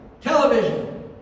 television